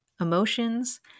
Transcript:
Emotions